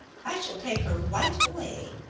i shall take her wight away.